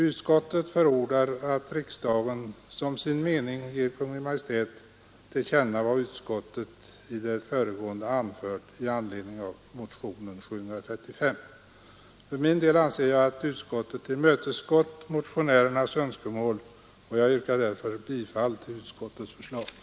Utskottet förordar att riksdagen som sin mening ger Kungl Maj:t till känna vad utskottet i det föregående anfört i anledning av motionen 1972:735.” För min del anser jag att utskottet tillmötesgått motionärernas önskemål, och jag yrkar därför bifall till utskottets hemställan.